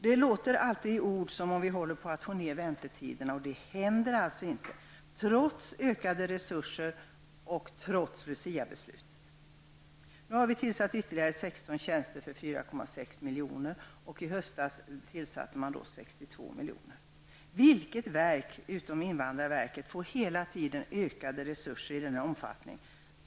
Det låter alltid som om väntetiderna är på väg att bli kortare, men det sker alltså inte, trots ökade resurser och trots luciabeslutet. Nu har ytterligare 16 tjänster tillsatts för 4,6 miljoner, och i höstas tillfördes 62 miljoner. Vilket verk förutom invandrarverket får hela tiden ökade resurser i denna omfattning?